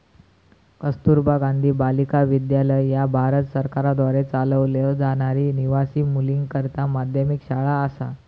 कस्तुरबा गांधी बालिका विद्यालय ह्या भारत सरकारद्वारा चालवलो जाणारी निवासी मुलींकरता माध्यमिक शाळा असा